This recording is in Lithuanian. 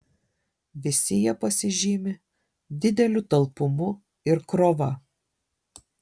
visi jie pasižymi dideliu talpumu ir krova